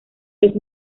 los